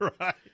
right